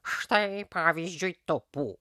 štai pavyzdžiui tu pū